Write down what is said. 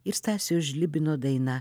ir stasio žlibino daina